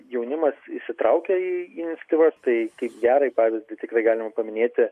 jaunimas įsitraukia į iniciatyvas tai gerąjį pavyzdį tikrai galima paminėti